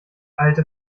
alte